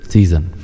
Season